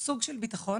ככה סוג של ביטחון